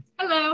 Hello